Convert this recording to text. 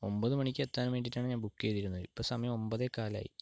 ഒമ്പത് മണിക്കെത്താൻ വേണ്ടീട്ടാണ് ഞാൻ ബുക്ക് ചെയ്തിരുന്നത് ഇപ്പോൾ സമയം ഒമ്പത് കാലായി